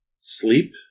Sleep